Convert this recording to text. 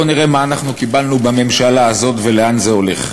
בואו נראה מה אנחנו קיבלנו בממשלה הזאת ולאן זה הולך.